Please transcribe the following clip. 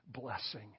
Blessing